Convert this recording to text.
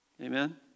Amen